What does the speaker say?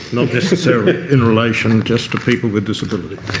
not necessarily in relation just to people with disability.